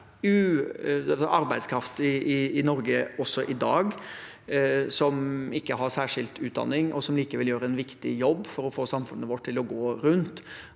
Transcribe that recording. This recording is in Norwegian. arbeidskraft i Norge også i dag som ikke har særskilt utdanning, og som likevel gjør en viktig jobb for å få samfunnet vårt til å gå rundt.